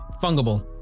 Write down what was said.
Fungible